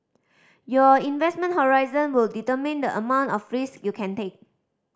your investment horizon would determine the amount of risk you can take